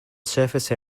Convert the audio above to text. surface